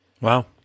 Wow